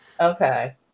Okay